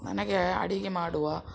ನನಗೆ ಅಡುಗೆ ಮಾಡುವ